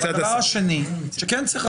והדבר השני, שכן צריך